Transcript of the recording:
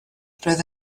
roedd